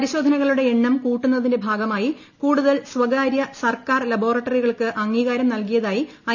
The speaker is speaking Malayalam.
പരിശോധന കളുടെ എണ്ണം കൂട്ടുന്നതിന്റെ ഭാഗമായി കൂടുതൽ സ്വകാര്യ സർക്കാർ ലബോറട്ടറികൾക്ക് അംഗീകാരം നൽതിയതായി ഐ